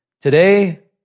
Today